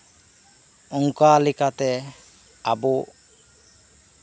ᱚᱱᱠᱟ ᱞᱮᱠᱟᱛᱮ ᱟᱵᱚ